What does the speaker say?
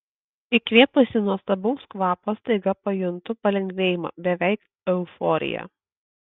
įkvėpusi nuostabaus kvapo staiga pajuntu palengvėjimą beveik euforiją